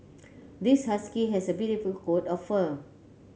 this husky has a beautiful coat of fur